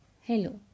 Hello